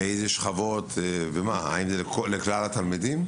מאיזה שכבות, ומה, האם זה לכלל התלמידים?